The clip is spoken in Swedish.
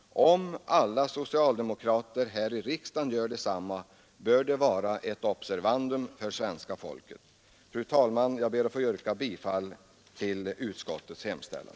Om alla socialdemokrater här i riksdagen gör detsamma, bör det vara ett observandum för svenska folket. Fru talman! Jag ber att få yrka bifall till utskottets hemställan.